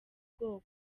bwoko